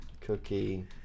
cookie